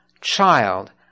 child